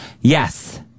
Yes